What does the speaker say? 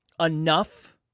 enough